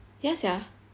ya sia